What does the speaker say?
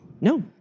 No